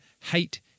hate